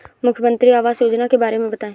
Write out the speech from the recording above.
मुख्यमंत्री आवास योजना के बारे में बताए?